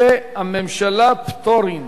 ומסי הממשלה (פטורין) (מס'